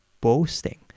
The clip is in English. boasting